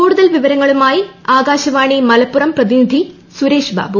കൂടുതൽ വിവരങ്ങളുമായി ആകാശവാണി മലപ്പുറം പ്രതിനിധി സുരേഷ് ബാബു